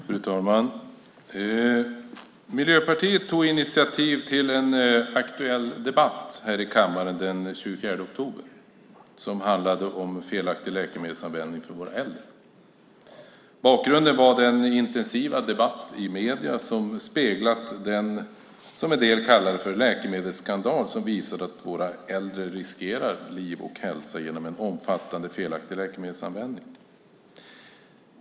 Fru talman! Miljöpartiet tog initiativ till en aktuell debatt här i kammaren den 24 oktober som handlade om felaktig läkemedelsanvändning för våra äldre. Bakgrunden var den intensiva debatt i medierna som speglat den läkemedelsskandal, som en del kallade den, som visat att våra äldre riskerar liv och hälsa genom en omfattande felaktig läkemedelsanvändning.